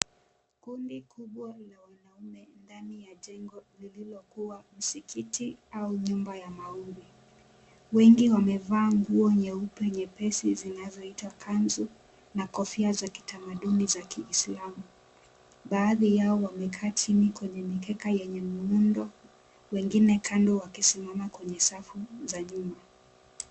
Kundi kubwa lina wanaume ndani ya jengo lililokuwa msikiti au nyumba ya maombi. Wengi wamevaa nguo nyeupe nyepesi zinazoitwa kanzu na kofia za kitamaduni za kiislamu. Baadhi yao wamekaa chini kwenye mikeka yenye miundo wengine kando wakisimama kwenye safu za nyuma.